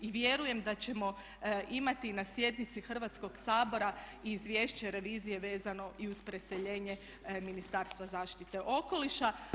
I vjerujem da ćemo imati na sjednici Hrvatskoga sabora i izvješće revizije vezano i uz preseljenje Ministarstva zaštite okoliša.